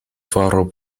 faru